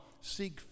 seek